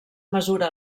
mesura